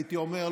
הייתי אומר,